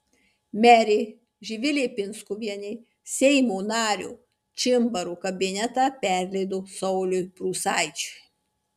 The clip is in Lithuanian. merė živilė pinskuvienė seimo nario čimbaro kabinetą perleido sauliui prūsaičiui